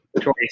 choice